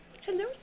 Hello